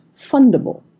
fundable